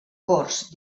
cors